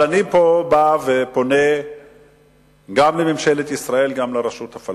אני פה פונה גם לממשלת ישראל וגם לרשות הפלסטינית.